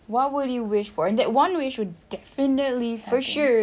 what would you wish for and that one wish would definitely for sure